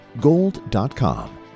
gold.com